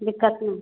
दिक्कत ना